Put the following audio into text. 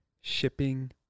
shipping